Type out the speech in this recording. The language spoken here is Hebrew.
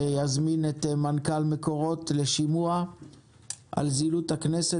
שיזמין את מנכ"ל מקורות לשימוע על זילות הכנסת,